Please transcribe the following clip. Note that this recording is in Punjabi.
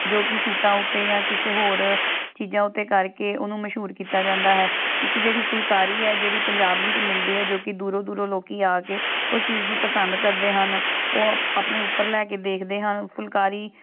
ਜੋ ਕਿ ਸੂਟਾਂ ਉੱਤੇ ਜਾਂ ਕਿਸੇ ਹੋਰ ਚੀਜ਼ਾਂ ਉੱਤੇ ਕਰਕੇ ਉਹਨੂੰ ਮਸ਼ਹੂਰ ਕੀਤਾ ਜਾਂਦਾ ਹੈ ਇੱਕ ਜਿਹੜੀ ਫੁਲਕਾਰੀ ਹੈ ਜਿਹੜੀ ਪੰਜਾਬ ਵਿੱਚ ਮਿਲਦੀ ਹੈ ਜੋ ਕਿ ਦੂਰੋਂ ਦੂਰੋਂ ਲੋਕ ਆ ਕੇ ਉਹ ਚੀਜ਼ ਨੂੰ ਪਸੰਦ ਕਰਦੇ ਹਨ ਉਹ ਆਪਣੇ ਉੱਪਰ ਲੈ ਕੇ ਦੇਖਦੇ ਹਨ ਫੁਲਕਾਰੀ